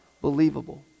believable